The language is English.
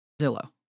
Zillow